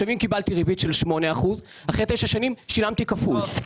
אם קיבלתי ריבית של 8%, אחרי 9 שנים שילמתי כפול.